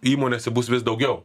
įmonėse bus vis daugiau